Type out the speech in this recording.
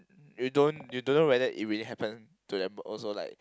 you don't you don't know whether if it happened to them also like